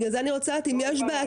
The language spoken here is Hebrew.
לכן אני רוצה לדעת אם יש בעייתיות,